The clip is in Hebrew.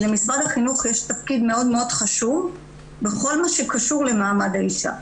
כי למשרד החינוך יש תפקיד מאוד מאוד חשוב בכל מה שקשור למעמד האישה.